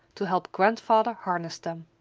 to help grandfather harness them.